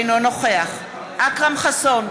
אינו נוכח אכרם חסון,